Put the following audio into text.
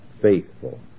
faithful